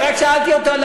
אני רק שאלתי אותו,